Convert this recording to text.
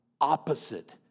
opposite